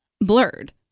blurred